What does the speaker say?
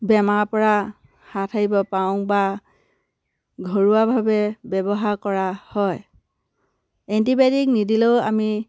বেমাৰৰ পৰা হাত সাৰিব পাৰোঁ বা ঘৰুৱাভাৱে ব্যৱহাৰ কৰা হয় এণ্টিবায়'টিক নিদিলেও আমি